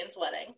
wedding